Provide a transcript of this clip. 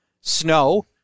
snow